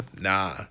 Nah